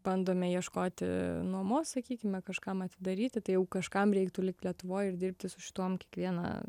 bandome ieškoti nuomos sakykime kažkam atidaryti tai jau kažkam reiktų likt lietuvoj ir dirbti su šituom kiekvieną